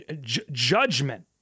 judgment